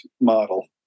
model